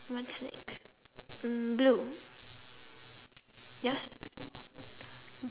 what's next mm blue yours